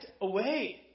away